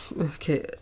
Okay